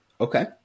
okay